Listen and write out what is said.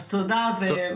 תודה רבה.